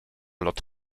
lot